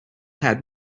had